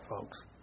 folks